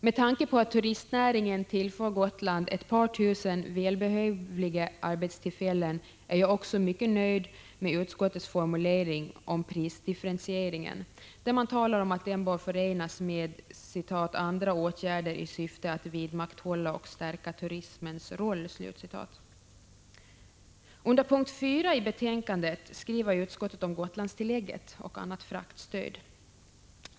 Med tanke på att turistnäringen tillför Gotland ett par tusen välbehövliga arbetstillfällen är jag också mycket nöjd med utskottets formulering om prisdifferentieringen, där man talar om att den bör förenas med ”andra åtgärder i syfte att vidmakthålla och stärka turismens roll”. Under punkt 4 i betänkandet skriver utskottet om Gotlandstillägget och Prot. 1985/86:159 annat fraktstöd.